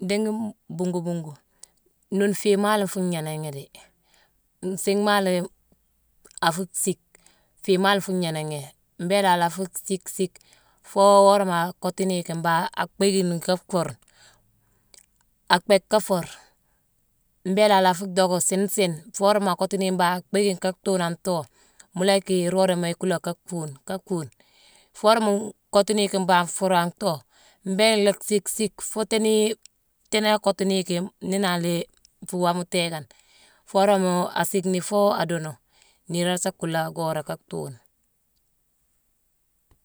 Diingi nbuugu-buuguma nune fii maa léé nfuu gnééné ghi déé. Nsiigh maa lé afu siick, fii maa lé nfuu gnééné ghi. Mbééla a la fu siick-siick foo worama a kottu ni yicki mbangh abhéékime ni ka fuur; a bhééck ka fuur, mbééla a la fu dhocka siini siine foo worama a kottu ni yicki a bhéékime ka thuune an too, mu yick iroodama ikuulé ka fuune-ka fuune. Foo worama nkottu ni yicki mbangh nfuur an thoo, mbéélé lhaa siick siick foo tééni tééni a kottu ni yicki néé nangh la yi fuu waama téékane. Foo worama a siickni foo a duunu, niirone isa kuula goora ka thuune.